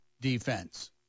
defense